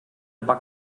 bug